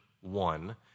one